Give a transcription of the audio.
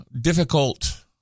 difficult